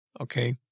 okay